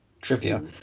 trivia